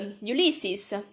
Ulysses